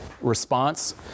response